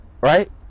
right